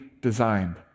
designed